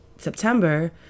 September